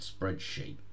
spreadsheet